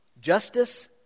justice